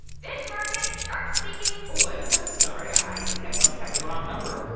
fish market. shark speaking i'm sorry. i think i must have the wrong number.